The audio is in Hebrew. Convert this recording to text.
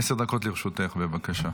עשר דקות לרשותך, בבקשה.